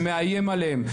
שמאיים עליהם,